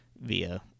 via